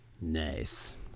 Nice